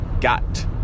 got